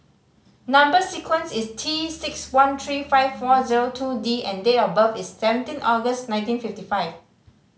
number sequence is T six one three five four zero two D and date of birth is seventeen August nineteen fifty five